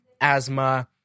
asthma